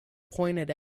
pointed